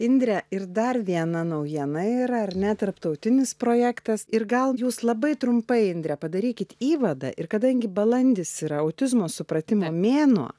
indre ir dar viena naujiena yra ar ne tarptautinis projektas ir gal jūs labai trumpai indre padarykit įvadą ir kadangi balandis yra autizmo supratimo mėnuo